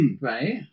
right